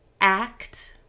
act